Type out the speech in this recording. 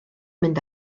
mynd